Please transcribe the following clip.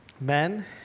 men